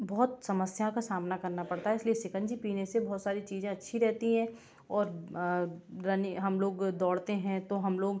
बहुत समस्याओं का सामना करना पड़ता है इसलिए शिकंजी पीने से बहुत सारी चीज़ें अच्छी रहती हैं और हम लोग दौड़ते हैं तो हम लोग